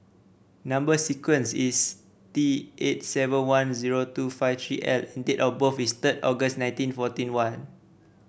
number sequence is T eight seven one zero two five three L date of birth is third August nineteen forty one